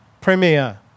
premier